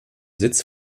sitz